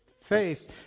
face